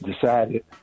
decided